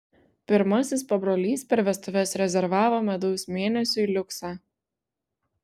pirmasis pabrolys per vestuves rezervavo medaus mėnesiui liuksą